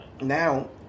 Now